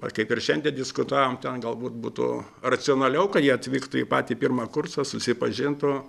ar kaip ir šiandien diskutavom ten galbūt būtų racionaliau kad jie atvyktų į patį pirmą kursą susipažintų